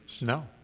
No